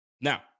Now